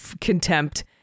contempt